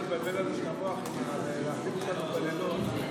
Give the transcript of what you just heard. לבלבל לנו את המוח ולהחזיק אותנו בלילות,